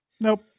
Nope